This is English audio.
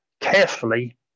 carefully